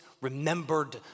remembered